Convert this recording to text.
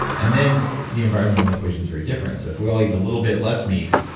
and then the environmental equation is very different. so if we all eat a little bit less meat,